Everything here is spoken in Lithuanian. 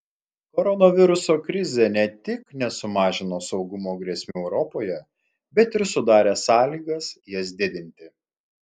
koronaviruso krizė ne tik nesumažino saugumo grėsmių europoje bet ir sudarė sąlygas jas didinti